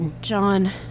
John